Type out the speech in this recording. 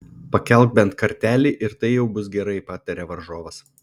pakelk bent kartelį ir tai jau bus gerai pataria varžovas